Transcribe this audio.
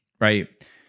right